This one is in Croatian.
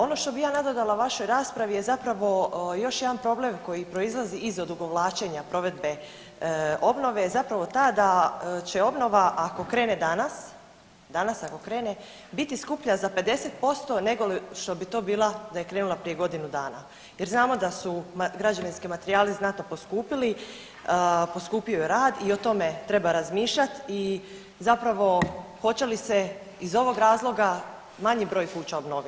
Ono što bi ja nadodala vašoj raspravi je zapravo još jedan problem koji proizlazi iz odugovlačenja provedbe obnove je zapravo ta da će obnova ako krene danas, danas ako krene, biti skuplja za 50% nego što bi to bilo da je krenula prije godinu dana, jer znamo da su građevinski materijali znatno poskupili, poskupio je rad i o tome treba razmišljati i zapravo hoće li se i ovog razloga manji broj kuća obnoviti.